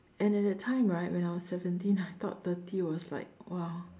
and at that time right when I was seventeen I thought thirty was like !wow!